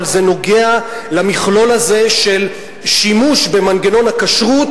אבל זה נוגע למכלול הזה של שימוש במנגנון הכשרות